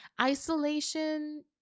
Isolation